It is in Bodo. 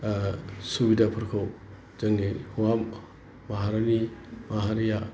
सुबिदा फोरखौ जोंनि हौवा माहारिया